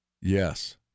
Yes